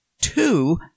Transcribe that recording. two